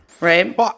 right